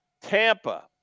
Tampa